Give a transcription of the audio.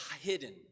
hidden